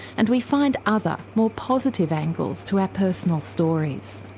and we find other more positive angles to our personal stories.